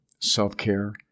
self-care